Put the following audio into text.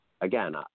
again